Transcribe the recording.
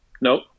Nope